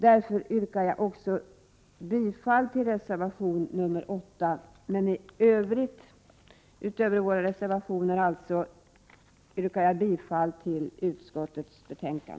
Därför yrkar jag bifall till reservation 8. Förutom bifall till våra reservationer yrkar jag bifall till utskottets hemställan.